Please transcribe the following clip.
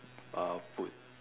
uh put